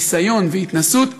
ניסיון והתנסות,